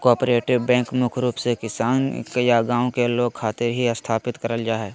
cooperative bank मुख्य रूप से किसान या गांव के लोग खातिर ही स्थापित करल जा हय